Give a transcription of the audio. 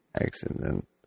accident